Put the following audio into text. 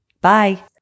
Bye